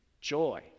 joy